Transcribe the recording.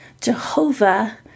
Jehovah